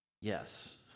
Yes